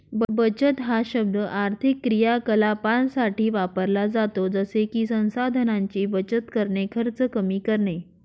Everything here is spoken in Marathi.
बचत हा शब्द आर्थिक क्रियाकलापांसाठी वापरला जातो जसे की संसाधनांची बचत करणे, खर्च कमी करणे